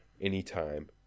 anytime